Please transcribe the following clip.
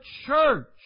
church